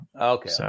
Okay